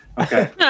okay